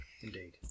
Indeed